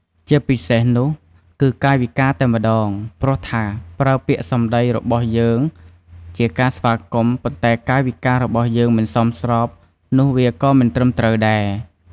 ជាពិសេសនោះ គឺកាយវិការតែម្ដង ព្រោះថា បើពាក្យសម្ដីរបស់យើងជាការស្វាគមន៍ ប៉ុន្តែកាយវិការរបស់យើងមិនសមស្រប នោះវាក៏មិនត្រឹមត្រូវដែរ។